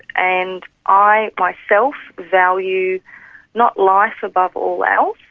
and i myself value not life above all else,